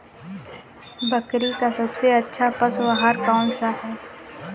बकरी का सबसे अच्छा पशु आहार कौन सा है?